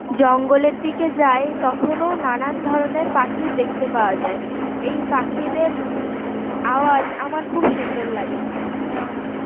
জঙ্গলের দিকে যাই তখনও নানান ধরনের পাখি দেখতে পাওয়া যায় এই পাখিদের আওয়াজ আমার খুব সুন্দর লাগে